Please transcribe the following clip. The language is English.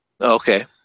Okay